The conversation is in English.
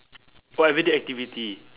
what everyday activity